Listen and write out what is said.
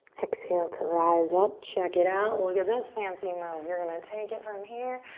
exhale to rise up. check it out. look at this fancy move. you're gonna take it from here,